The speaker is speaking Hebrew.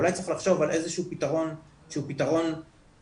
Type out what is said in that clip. אולי צריך לחשוב על איזה שהוא פתרון שהוא פתרון ביניים,